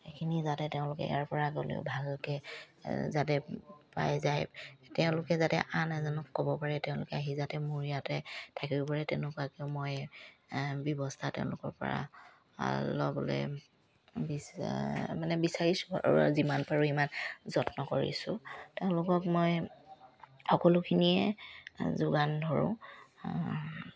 সেইখিনি যাতে তেওঁলোকে ইয়াৰ পৰা গ'লেও ভালকে যাতে পাই যায় তেওঁলোকে যাতে আন এজনক ক'ব পাৰে তেওঁলোকে আহি যাতে মোৰ ইয়াতে থাকিব পাৰে তেনেকুৱাকেও মই ব্যৱস্থা তেওঁলোকৰ পৰা ল'বলে বিচ মানে বিচাৰিছোঁ আৰু যিমান পাৰোঁ ইমান যত্ন কৰিছোঁ তেওঁলোকক মই সকলোখিনিয়ে যোগান ধৰোঁ